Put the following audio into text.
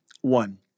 One